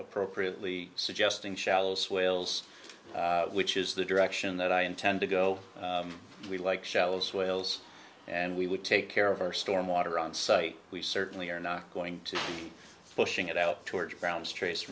appropriately suggesting shallow swales which is the direction that i intend to go we like shells wales and we would take care of our storm water on site we certainly are not going to pushing it out towards